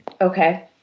Okay